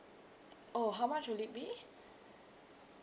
oh how much will it be